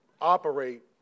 operate